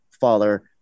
father